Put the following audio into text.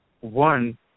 one